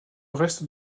reste